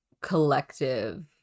collective